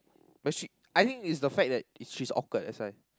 but she I think it's the fact that she's awkward that's why